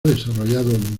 desarrollado